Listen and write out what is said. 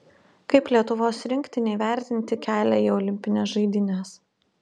kaip lietuvos rinktinei vertinti kelią į olimpines žaidynes